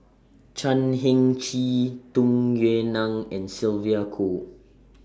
Chan Heng Chee Tung Yue Nang and Sylvia Kho